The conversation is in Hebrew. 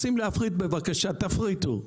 רוצים להפריט, בבקשה, תפריטו,